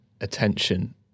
attention